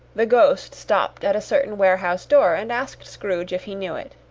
the ghost stopped at a certain warehouse door, and asked scrooge if he knew it.